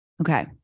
okay